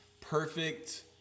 perfect